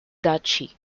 duchy